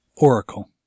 Oracle